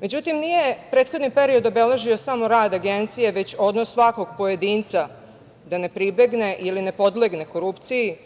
Međutim, nije prethodni period obeležio samo rad Agencije, već odnos svakog pojedinca da ne pribegne ili da ne podlegne korupciji,